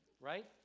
right